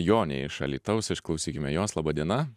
jonė iš alytaus išklausykime jos laba diena